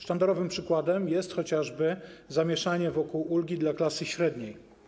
Sztandarowym przykładem jest chociażby zamieszanie wokół ulgi dla klasy średniej.